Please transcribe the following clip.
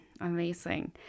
Amazing